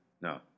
No